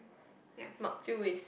mak chew is